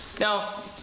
Now